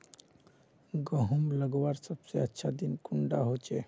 गहुम लगवार सबसे अच्छा दिन कुंडा होचे?